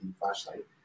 flashlight